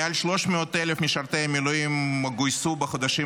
מעל 300,000 משרתי מילואים גויסו בחודשיים